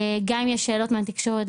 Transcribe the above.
גם אם יש שאלות מהתקשורת,